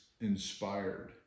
inspired